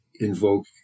invoke